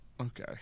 Okay